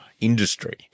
industry